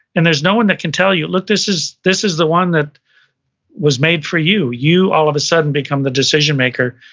and there's no one that can tell you, look, this is this is the one that was made for you. you all of a sudden become the decision maker.